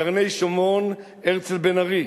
קרני-שומרון, הרצל בן-ארי,